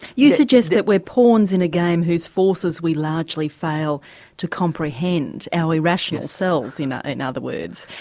you suggest that we're pawns in a game whose forces we largely fail to comprehend our irrational selves you know in other words.